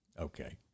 Okay